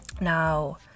Now